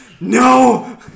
No